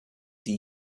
die